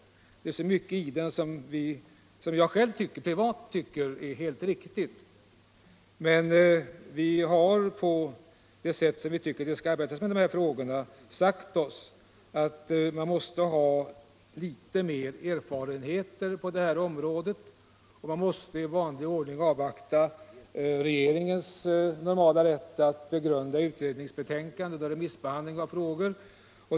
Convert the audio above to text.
Det är mycket i den som jag privat tycker är alldeles riktigt, men inom utskottsmajoriteten har vi sagt oss att med det sätt som man bör arbeta med dessa frågor måste man ha litet mera erfarenhet på området och låta i vanlig ordning regeringen utnyttja sin normala rätt att begrunda utredningsbetänkanden och remissbehandling av frågor.